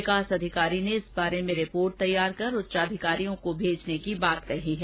विकास अधिकारी ने इस बारे में रिपोर्ट तैयार कर उच्च अधिकारियों को भेजने की बात कही है